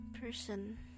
person